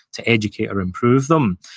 to educate or improve them.